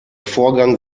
vorgang